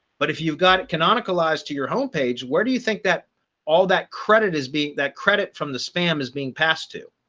but if you got it canonicalization to your homepage, where do you think that all that credit is being that credit from the spam is being passed to?